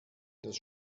etwas